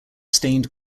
stained